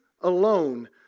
alone